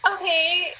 Okay